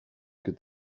could